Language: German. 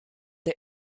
der